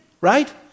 right